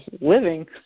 living